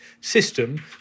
system